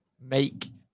make